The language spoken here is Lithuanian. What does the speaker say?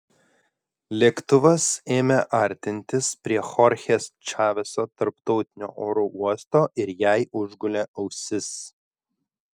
lėktuvas ėmė artintis prie chorchės čaveso tarptautinio oro uosto ir jai užgulė ausis